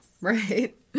Right